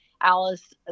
Alice